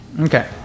Okay